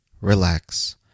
relax